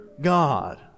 God